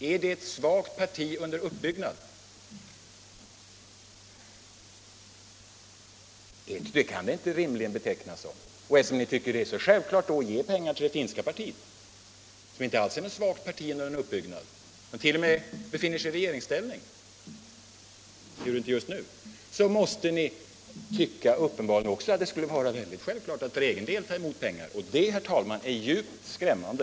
Är det ett svagt parti under uppbyggnad? Det kan det inte rimligen betecknas som. Eftersom ni tycker att det är så självklart att ge pengar till det finska partiet, som inte alls är ett svagt parti under uppbyggnad, utan t.o.m. befinner sig i regeringsställning, ehuru inte just nu, måste ni uppenbarligen också anse det självklart att för egen del ta emot pengar. Det, herr talman, är djupt skrämmande.